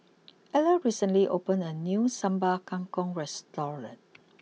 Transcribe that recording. Ellar recently opened a new Sambal Kangkong restaurant